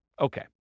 Okay